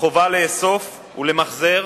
החובה לאסוף ולמחזר